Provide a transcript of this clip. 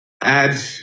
add